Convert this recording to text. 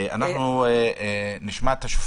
שנה רביעית?